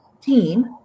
team